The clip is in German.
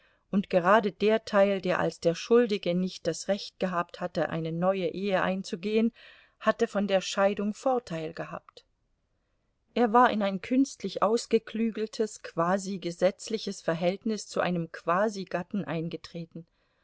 und gerade der teil der als der schuldige nicht das recht gehabt hatte eine neue ehe einzugehen hatte von der scheidung vorteil gehabt er war in ein künstlich ausgeklügeltes quasi gesetzliches verhältnis zu einem quasi gatten eingetreten